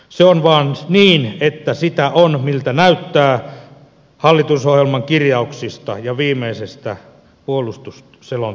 se on vaan niin että sitä on miltä näyttää hallitusohjelman kirjauksista ja viimeisestä puolustusselonteosta huolimatta